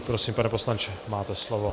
Prosím, pane poslanče, máte slovo.